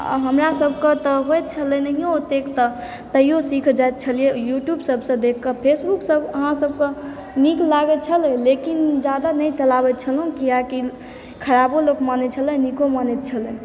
हमरासभकेँ तऽ होयत छलय नहियो ओतेक तऽ ताहिओ सीख जायत छलियै यूट्यूबसभसँ देखिके फेसबुकसभ अहाँसभके नीक लागैत छलय लेकिन जादा नहि चलाबैत छलहुँ किआकि खरापो लोक मानैत छलय नीको मानैत छलय